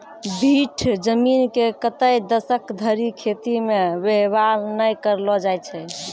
भीठ जमीन के कतै दसक धरि खेती मे वेवहार नै करलो जाय छै